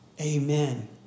Amen